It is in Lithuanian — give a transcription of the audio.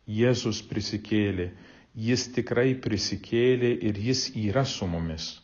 jėzus prisikėlė jis tikrai prisikėlė ir jis yra su mumis